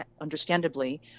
understandably